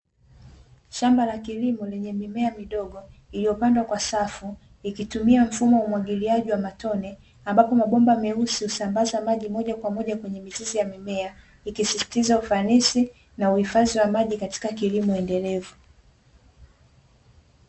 Shamba la kilimo lenye mimea midogo iliyopandwa kwa safu, ikitumia mfumo wa umwagiliaji wa matone, ambapo mabomba meusi husambaza maji moja kwa moja kwenye mizizi ya mimea, ikisisitiza ufanisi na uhifadhi wa maji katika kilimo endelevu.